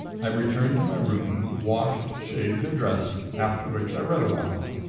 i returned to my room, washed, shaved and dressed, after which i read awhile.